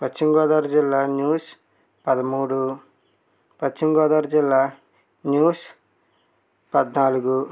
పశ్చిమ గోదావరి జిల్లా న్యూస్ పదమూడు పశ్చిమ గోదావరి జిల్లా న్యూస్ పద్నాలుగు